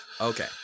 Okay